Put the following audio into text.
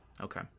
Okay